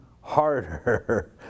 harder